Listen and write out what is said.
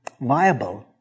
viable